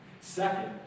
Second